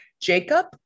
Jacob